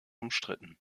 umstritten